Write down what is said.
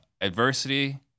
adversity